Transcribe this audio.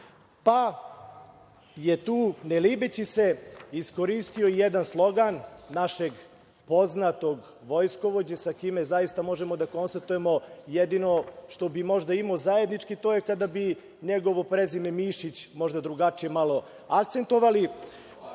pa je tu ne libeći se iskoristio jedan slogan našeg poznatog vojskovođe, sa kime zaista možemo da konstatujemo jedino što bi možda imao zajedničko jeste da bi i njegovo prezime Mišić možda malo drugačije akcentovali